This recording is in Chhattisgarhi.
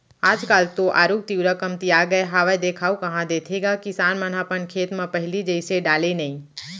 आज काल तो आरूग तिंवरा कमतिया गय हावय देखाउ कहॉं देथे गा किसान मन ह अपन खेत म पहिली जइसे डाले नइ